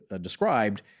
described